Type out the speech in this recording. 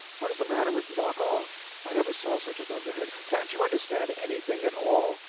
what is the matter with knock off? i never saw such a dunderhead can't you understand anything at all?